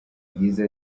yagize